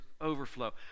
overflow